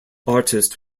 artist